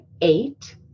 eight